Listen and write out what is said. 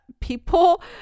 people